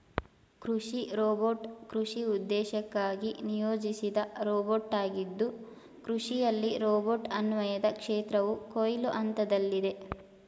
ಕೃಷಿ ರೋಬೋಟ್ ಕೃಷಿ ಉದ್ದೇಶಕ್ಕಾಗಿ ನಿಯೋಜಿಸಿದ ರೋಬೋಟಾಗಿದ್ದು ಕೃಷಿಯಲ್ಲಿ ರೋಬೋಟ್ ಅನ್ವಯದ ಕ್ಷೇತ್ರವು ಕೊಯ್ಲು ಹಂತದಲ್ಲಿದೆ